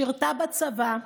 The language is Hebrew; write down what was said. שירתה בצבא,